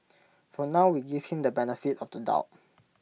for now we give him the benefit of the doubt